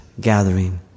gathering